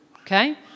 okay